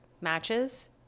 matches